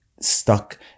stuck